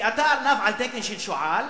ואתה ארנב על תקן של שועל?